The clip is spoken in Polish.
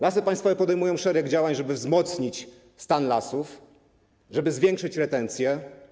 Lasy Państwowe podejmują szereg działań, żeby wzmocnić stan lasów, żeby zwiększyć retencję.